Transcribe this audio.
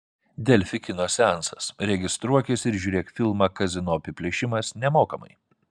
delfi kino seansas registruokis ir žiūrėk filmą kazino apiplėšimas nemokamai